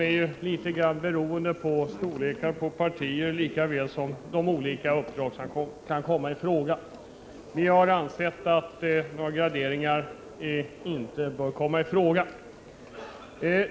Arbetsinsatserna är ju beroende av storleken på partierna lika väl som av vilket uppdrag det gäller. Vi anser att graderingar inte bör komma i fråga.